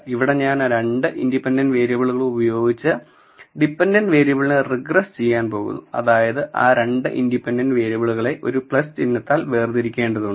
ഇവിടെ ഞാൻ ആ 2 ഇൻഡിപെൻഡെന്റ് വേരിയബിളുകളും ഉപയോഗിച്ച് ഡിപെൻഡന്റ് വേരിയബിളിനെ റിഗ്രസ് ചെയ്യാൻ പോകുന്നു അതായത് ആ 2 ഇൻഡിപെൻഡെന്റ് വേരിയബിളുകളെ ഒരു ചിഹ്നത്താൽ വേർതിരിക്കേണ്ടതുണ്ട്